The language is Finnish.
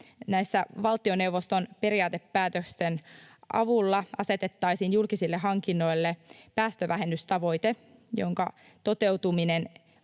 mukaan valtioneuvoston periaatepäätösten avulla asetettaisiin julkisille hankinnoille päästövähennystavoite, jonka toteutuminen